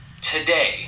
today